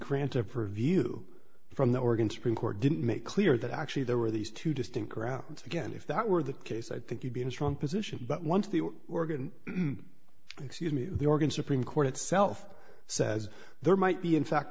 grant of her view from the organ supreme court didn't make clear that actually there were these two distinct routes again if that were the case i think you'd be in a strong position but once the organ excuse me the organ supreme court itself says there might be in fact